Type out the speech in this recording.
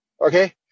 Okay